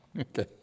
Okay